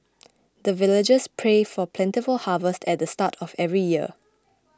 the villagers pray for plentiful harvest at the start of every year